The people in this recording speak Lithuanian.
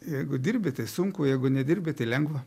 jeigu dirbi tai sunku jeigu nedirbi tai lengva